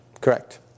Correct